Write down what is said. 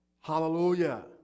Hallelujah